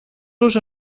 los